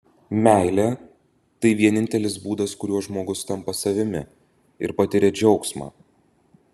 meilė tai vienintelis būdas kuriuo žmogus tampa savimi ir patiria džiaugsmą